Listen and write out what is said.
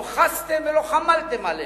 לא חסתם ולא חמלתם עלינו,